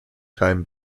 time